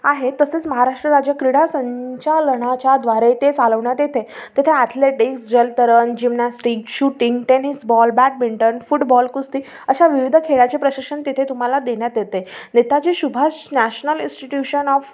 आहे तसेच महाराष्ट्र राज्य क्रीडा संचालनाच्याद्वारे ते चालवण्यात येते तिथे ॲथलेटिक्स जलतरण gymnastic shooting tennis ball badminton football कुस्ती अशा विविध खेळाचे प्रशिक्षण तिथे तुम्हाला देण्यात येते Netaji Subhash national institution of